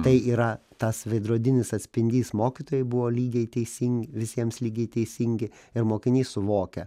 tai yra tas veidrodinis atspindys mokytojai buvo lygiai teisingi visiems lygiai teisingi ir mokinys suvokia